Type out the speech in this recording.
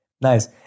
Nice